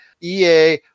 EA